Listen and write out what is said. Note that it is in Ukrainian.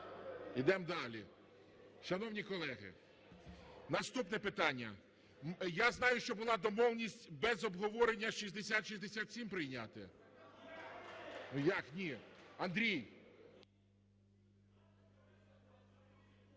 Ідемо далі. Шановні колеги, наступне питання. Я знаю, що була домовленість без обговорення 6067 прийняти. (Шум у залі)